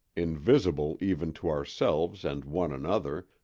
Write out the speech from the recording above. invisible even to ourselves and one another,